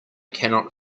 cannot